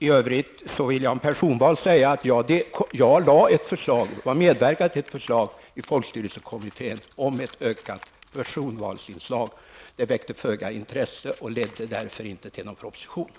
I frågan om personval vill jag säga att jag medverkade till ett förslag i folkstyrelsekommittén om ett ökat personvalsinslag. Det förslaget väckte föga intresse och ledde därför inte till någon proposition.